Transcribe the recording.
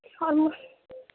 hello